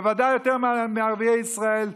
בוודאי יותר מערביי ישראל,